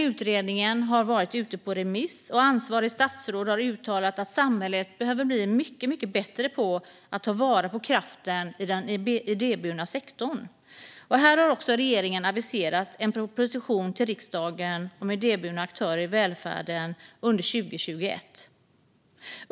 Utredningen har varit ute på remiss, och ansvarigt statsråd har uttalat att samhället behöver bli mycket bättre på att ta vara på kraften i den idéburna sektorn. Regeringen har aviserat en proposition till riksdagen om idéburna aktörer i välfärden under 2021.